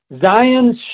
Zion's